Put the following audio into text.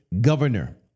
governor